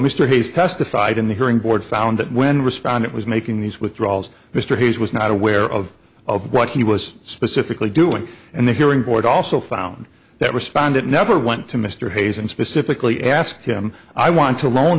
mr hayes testified in the hearing board found that when respond it was making these withdrawals mr hayes was not aware of what he was specifically doing and the hearing board also found that respondent never went to mr hayes and specifically asked him i want to loan